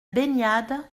baignade